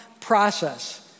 process